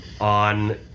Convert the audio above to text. on